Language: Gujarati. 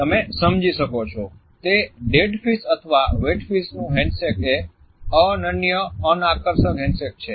તમે સમજી શકો છો તે ડેડ ફીશ અથવા વેટ ફીશ નું હેન્ડશેક એ અનન્ય અનાકર્ષક હેન્ડશેક છે